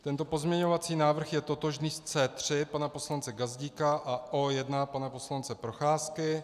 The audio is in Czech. Tento pozměňovací návrh je totožný s C3 pana poslance Gazdíka a O1 pana poslance Procházky.